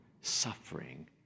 suffering